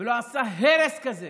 ולא עשה הרס כזה